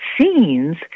scenes